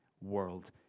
world